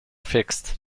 fixed